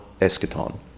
eschaton